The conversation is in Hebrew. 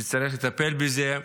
וצריך לטפל בזה.